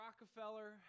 Rockefeller